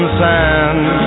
sand